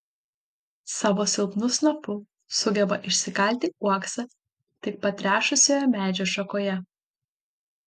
savo silpnu snapu sugeba išsikalti uoksą tik patrešusioje medžio šakoje